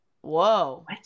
Whoa